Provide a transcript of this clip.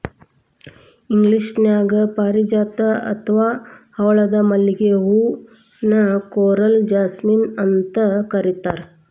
ಇಂಗ್ಲೇಷನ್ಯಾಗ ಪಾರಿಜಾತ ಅತ್ವಾ ಹವಳದ ಮಲ್ಲಿಗೆ ಹೂ ನ ಕೋರಲ್ ಜಾಸ್ಮಿನ್ ಅಂತ ಕರೇತಾರ